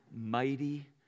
mighty